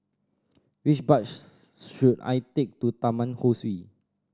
which bus should I take to Taman Ho Swee